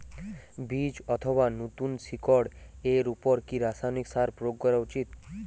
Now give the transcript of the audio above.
বীজ অথবা নতুন শিকড় এর উপর কি রাসায়ানিক সার প্রয়োগ করা উচিৎ?